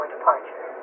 Departure